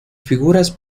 figuras